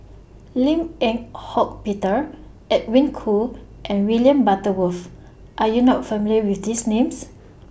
Lim Eng Hock Peter Edwin Koo and William Butterworth Are YOU not familiar with These Names